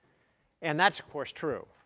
and that's, of course, true.